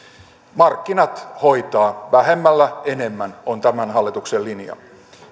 markkinat hoitavat vähemmällä enemmän on tämän hallituksen linja